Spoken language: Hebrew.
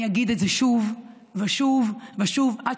אני אגיד את זה שוב ושוב ושוב עד